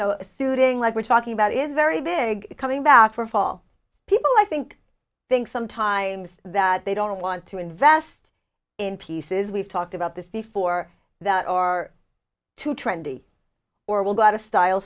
know suiting like we're talking about is very big coming back for fall people i think think sometimes that they don't want to invest in pieces we've talked about this before that are too trendy or will go out of style